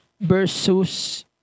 versus